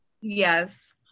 Yes